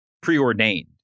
preordained